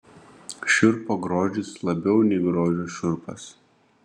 šiurpo grožis labiau nei grožio šiurpas